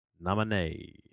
Nominee